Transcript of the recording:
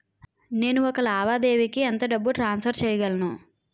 నేను ఒక లావాదేవీకి ఎంత డబ్బు ట్రాన్సఫర్ చేయగలను?